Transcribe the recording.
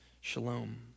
shalom